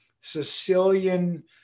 Sicilian